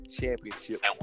championship